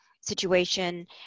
situation